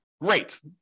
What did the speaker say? great